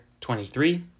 23